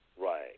Right